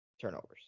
Turnovers